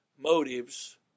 Motives